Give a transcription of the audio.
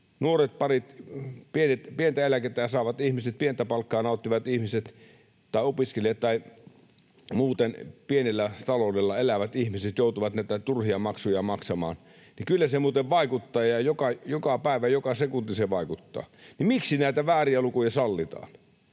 nuoret parit, pientä eläkettä saavat ihmiset, pientä palkkaa nauttivat ihmiset tai opiskelijat tai muuten pienellä taloudella elävät ihmiset joutuvat näitä turhia maksuja maksamaan, niin kyllä se muuten vaikuttaa ja joka päivä ja joka sekunti se vaikuttaa. Miksi näitä vääriä lukuja sallitaan?